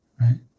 Right